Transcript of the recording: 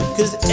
Cause